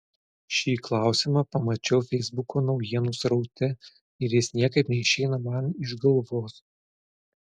šį klausimą pamačiau feisbuko naujienų sraute ir jis niekaip neišeina man iš galvos